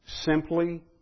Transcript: simply